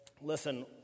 listen